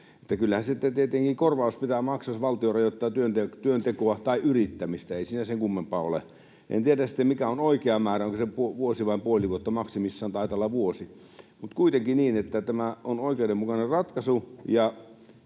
tietenkin korvaus pitää maksaa, jos valtio rajoittaa työntekoa tai yrittämistä, ei siinä sen kummempaa ole. En tiedä sitten, mikä on oikea määrä, onko se vuosi vai puoli vuotta, maksimissaan taitaa olla vuosi, mutta kuitenkin niin, että tämä on oikeudenmukainen ratkaisu.